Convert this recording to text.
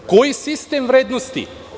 Koji sistem vrednosti?